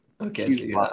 okay